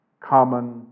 common